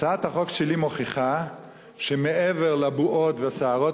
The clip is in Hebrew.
הצעת החוק שלי מוכיחה שמעבר לבועות והסערות